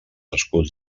escuts